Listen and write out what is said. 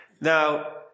Now